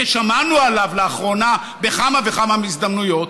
ששמענו עליו לאחרונה בכמה וכמה הזדמנויות,